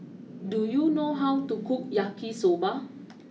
do you know how to cook Yakisoba